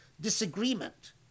disagreement